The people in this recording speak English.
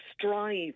strive